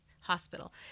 hospital